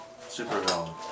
supervillain